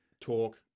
talk